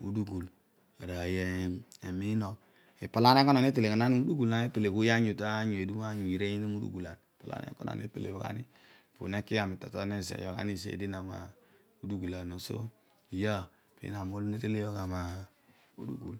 mudugul inon idi bho inon arooy iloghom, but ibha bho pibha ami na loghom, nakilighu mudugul netele gha modugul noziiyoghgha zeedi mudugulam obho ibha bho pinam olo netele gha mudugul.